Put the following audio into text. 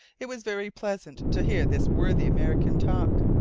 it was very pleasant to hear this worthy american talk.